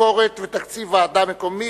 92) (ביקורת ותקציב ועדה מקומית),